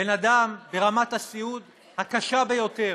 בן אדם ברמת הסיעוד הקשה ביותר,